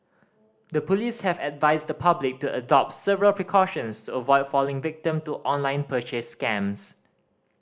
the police have advised the public to adopt several precautions to avoid falling victim to online purchase scams